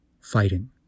fighting